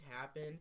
happen